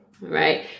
right